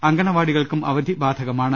അങ്കണവാടികൾക്കും അവധി ബാധകമാണ്